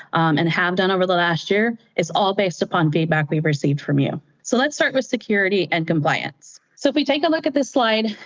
and have done over the last year, is all based upon feedback we've received from you. so let's start with security and compliance. so if we take a look at this slide,